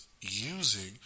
using